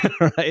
right